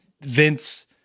Vince